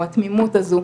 או התמימות הזו,